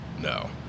No